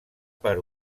per